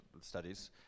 studies